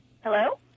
Hello